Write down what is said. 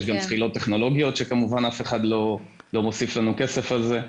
יש גם זחילות טכנולוגיות שכמובן אף אחד לא מוסיף לנו כסף על זה.